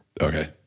Okay